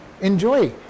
enjoy